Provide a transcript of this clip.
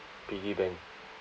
piggy bank